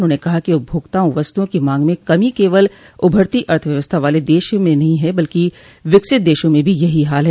उन्होंने कहा कि उपभोक्ताओं वस्तुओं की मांग में कमी केवल उभरती अर्थव्यवस्था वाले देशों में ही नहीं है बल्कि विकसित देशों में भी यही हाल है